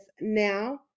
now